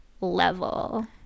level